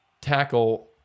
tackle